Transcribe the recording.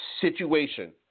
situation